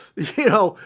you know,